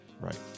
Right